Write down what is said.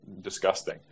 disgusting